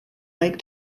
lake